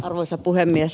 arvoisa puhemies